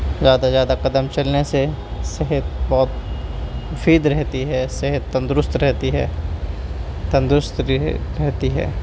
زیادہ زیادہ قدم چلنے سے صحت بہت مفید رہتی ہے صحت تندرست رہتی ہے تندرست رہ رہتی ہے